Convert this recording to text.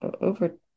over